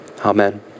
Amen